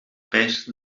pes